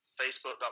Facebook.com